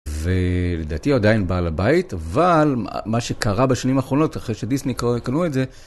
ולדעתי הוא עדיין בעל הבית, אבל מה שקרה בשנים האחרונות, אחרי שדיסני קנו את זה...